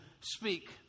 speak